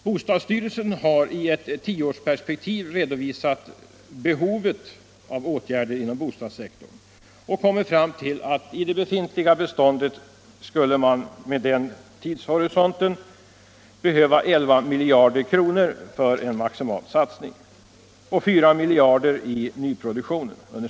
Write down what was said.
Bostadsstyrelsen har i ett tioårsperspektiv redovisat behovet av åtgärder inom bostadssektorn och har kommit fram till att det för en maximal satsning under tioårsperioden skulle behövas 11 miljarder kr. i det befintliga beståndet och 4 miljarder i nyproduktionen.